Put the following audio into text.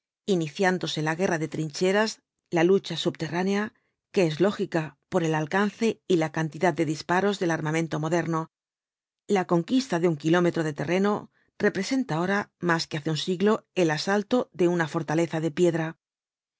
iniciándose la guerra de trincheras la lucha subterránea que es lógica por el alcance y la cantidad de disparos del armamento moderno la conquista de un kilómetro de terreno representa ahora más que hace un siglo el asalto de una fortaleza de piedra